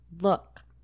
look